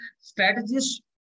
Strategies